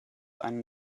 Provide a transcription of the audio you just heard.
einen